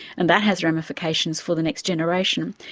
and that has ramifications for the next generation.